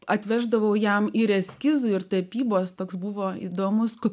atveždavau jam ir eskizų ir tapybos toks buvo įdomus kad